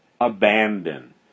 abandon